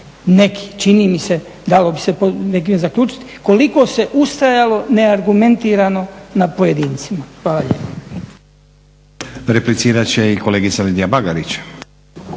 neki čini mi se dalo bi se po nekim zaključiti koliko se ustrajalo neargumentirano na pojedincima. Hvala lijepa.